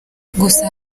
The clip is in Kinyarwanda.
gusa